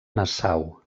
nassau